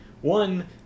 One